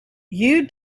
you